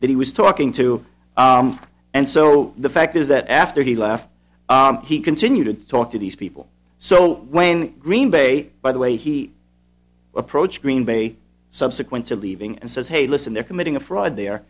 that he was talking to and so the fact is that after he left he continued to talk to these people so when green bay by the way he approached green bay subsequent to leaving and says hey listen they're committing a fraud there